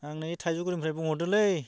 आं नै थाइजौगुरिनिफ्राय बुंहरदोंलै